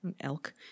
elk